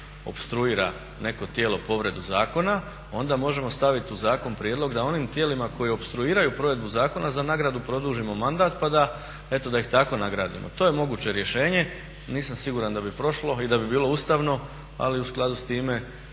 opstruira neko tijelo povredu zakona onda možemo staviti u zakon prijedlog da onim tijelima koji opstruiraju provedbu zakona za nagradu produžimo mandat pa da eto, da ih tako nagradimo. To je moguće rješenje, nisam siguran da bi prošlo i da bi bilo ustavno ali u skladu sa time